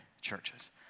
churches